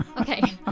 okay